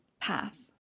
path